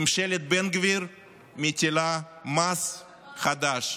ממשלת בן גביר מטילה מס חדש,